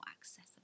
accessible